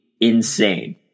insane